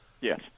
yes